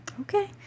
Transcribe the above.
Okay